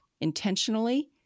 intentionally